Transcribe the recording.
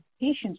patients